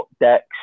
decks